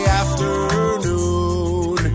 afternoon